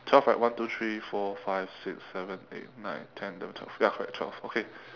twelve right one two three four five six seven eight nine ten eleven twelve ya correct twelve okay